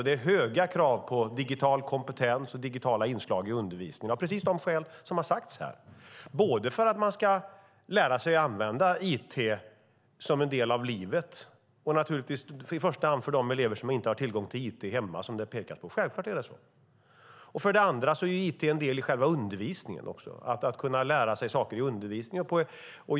Det är höga krav på digital kompetens och digitala inslag i undervisningen av precis de skäl som har nämnts här, både för att man ska lära sig att använda it som en del av livet och naturligtvis i första hand för de elever som inte har tillgång till it hemma, som det pekas på. Självklart är det så. Dessutom är it en del i själva undervisningen, för att kunna lära sig saker i undervisningen.